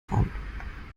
vorn